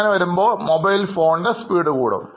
അങ്ങനെവരുമ്പോൾ mobile phone speed കൂടും